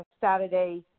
Saturday